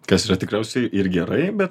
kas yra tikriausiai ir gerai bet